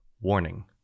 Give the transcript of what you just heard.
Warning